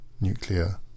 nuclear